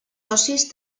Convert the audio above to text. socis